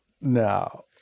No